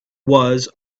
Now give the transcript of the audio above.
was